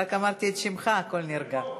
רק אמרתי את שמך, הכול נרגע.